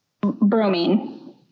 Bromine